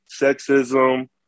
sexism